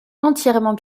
entièrement